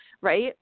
right